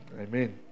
Amen